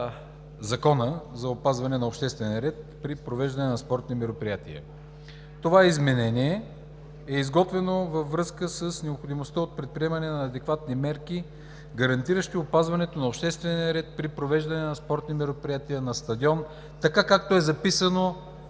Закона за опазване на обществения ред при провеждане на спортни мероприятия. Това изменение е изготвено във връзка с необходимостта от предприемане на адекватни мерки, гарантиращи опазването на обществения ред при провеждане на спортни мероприятия на стадион – така, както е записано в